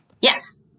Yes